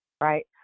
right